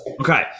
Okay